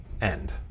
end